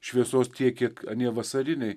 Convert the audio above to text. šviesos tiek kiek anie vasariniai